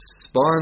Spawn